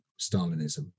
Stalinism